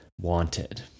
wanted